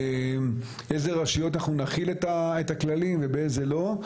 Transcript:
באיזה רשויות אנחנו נחיל את הכללים ובאיזה לא.